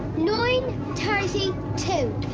nine thirty two.